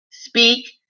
speak